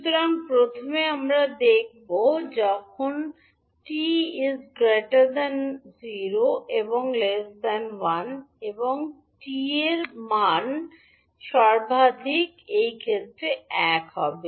সুতরাং প্রথমে আমরা দেখব যখন 0 𝑡 1 টি এর সর্বাধিক মান এই ক্ষেত্রে এক হবে